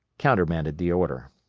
countermanded the order.